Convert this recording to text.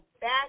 back